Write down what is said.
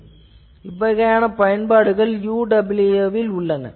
இப்போது இவ்வகையான பயன்பாடுகள் UWB யில் வந்து கொண்டிருக்கின்றன